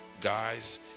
Guys